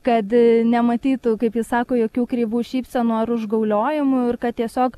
kad nematytų kaip ji sako jokių kreivų šypsenų ar užgauliojimų ir kad tiesiog